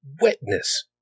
wetness